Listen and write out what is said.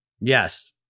Yes